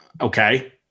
Okay